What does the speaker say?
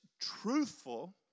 truthful